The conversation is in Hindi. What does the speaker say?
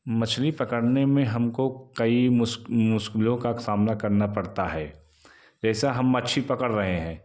मछली पकड़ने में हम को कई मूस मुश्किलों का सामना करना पड़ता है जैसी हम मच्छी पकड़ रहे हैं